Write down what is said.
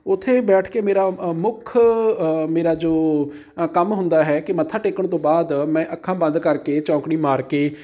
ਉੱਥੇ ਬੈਠ ਕੇ ਮੇਰਾ ਮੁੱਖ ਮੇਰਾ ਜੋ ਕੰਮ ਹੁੰਦਾ ਹੈ ਕਿ ਮੱਥਾ ਟੇਕਣ ਤੋਂ ਬਾਅਦ ਮੈਂ ਅੱਖਾਂ ਬੰਦ ਕਰਕੇ ਚੌਂਕੜੀ ਮਾਰ ਕੇ